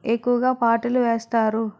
ఎక్కువగా పాటలు వేస్తారు